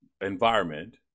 environment